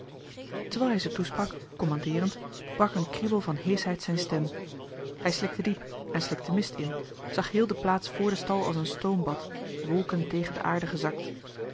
terwijl hij ze toesprak commandeerend brak een kriebel van heeschheid zijn stem hij slikte johan de meester de zonde in het deftige dorp diep en slikte mist in zag heel de plaats vr den stal als een stoombad wolken tegen de aarde gezakt